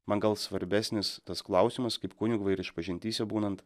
man gal svarbesnis tas klausimas kaip kunigui ir išpažintyse būnant